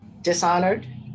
Dishonored